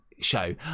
show